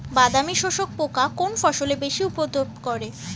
বাদামি শোষক পোকা কোন ফসলে বেশি উপদ্রব করে?